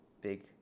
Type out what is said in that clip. big